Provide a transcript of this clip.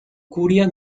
curia